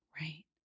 right